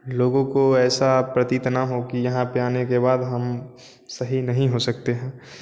लोगों को ऐसा प्रतीत ना हो कि यहाँ पर आने के बाद हम सही नहीं हो सकते हैं